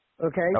okay